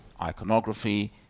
iconography